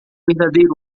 verdadeiro